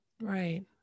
Right